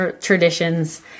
traditions